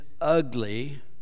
ugly